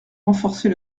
renforcer